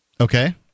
Okay